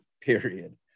period